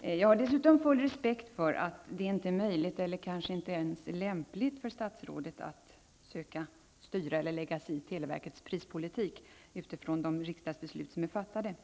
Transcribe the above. Jag har full respekt för att det inte är möjligt, eller kanske inte ens lämpligt, för statsrådet att söka styra eller lägga sig i televerkets prispolitik med utgångspunkt i de riksdagsbeslut som är fattade.